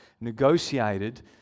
negotiated